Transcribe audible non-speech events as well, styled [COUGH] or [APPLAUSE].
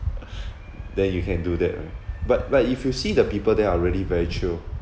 [LAUGHS] then you can do that right but but if you see the people there are really very chill